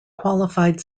qualified